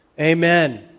Amen